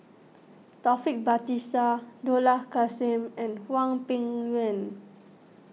Taufik Batisah Dollah Kassim and Hwang Peng Yuan